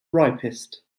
ripest